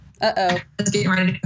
Uh-oh